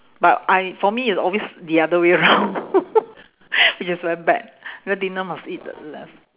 but I for me it's always the other way round it just went back then dinner must eat